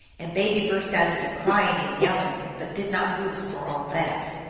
and baby burst out into crying and yelling, but did not move for all that.